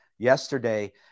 yesterday